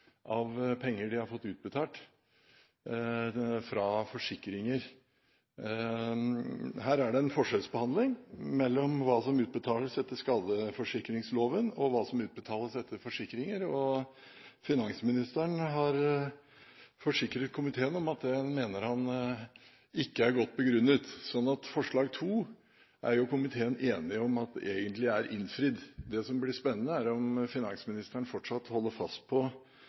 av penger de har fått utbetalt fra forsikringer. Her er det en forskjellsbehandling mellom hva som utbetales etter skadeforsikringsloven, og hva som utbetales etter forsikringer, og finansministeren har forsikret komiteen om at det mener han ikke er godt begrunnet. Så forslag nr. 2 er komiteen enig om at egentlig er innfridd. Det som blir spennende, er om finansministeren fortsatt holder fast på